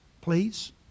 please